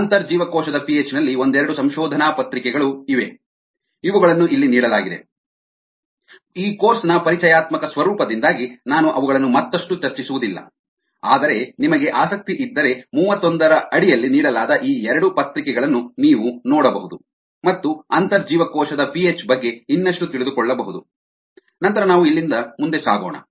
ಅಂತರ್ಜೀವಕೋಶದ ಪಿಹೆಚ್ ನಲ್ಲಿ ಒಂದೆರಡು ಸಂಶೋಧನಾ ಪತ್ರಿಕೆಗಳು ಇವೆ ಇವುಗಳನ್ನು ಇಲ್ಲಿ ನೀಡಲಾಗಿದೆ ಈ ಕೋರ್ಸ್ನ ಪರಿಚಯಾತ್ಮಕ ಸ್ವರೂಪದಿಂದಾಗಿ ನಾನು ಅವುಗಳನ್ನು ಮತ್ತಷ್ಟು ಚರ್ಚಿಸುವುದಿಲ್ಲ ಆದರೆ ನಿಮಗೆ ಆಸಕ್ತಿ ಇದ್ದರೆ ಮೂವತ್ತೊಂದರ ಅಡಿಯಲ್ಲಿ ನೀಡಲಾದ ಈ ಎರಡು ಪತ್ರಿಕೆಗಳನ್ನು ನೀವು ನೋಡಬಹುದು ಮತ್ತು ಅಂತರ್ಜೀವಕೋಶದ ಪಿಹೆಚ್ ಬಗ್ಗೆ ಇನ್ನಷ್ಟು ತಿಳಿದುಕೊಳ್ಳಬಹುದು ನಂತರ ನಾವು ಇಲ್ಲಿಂದ ಮುಂದೆ ಸಾಗೋಣ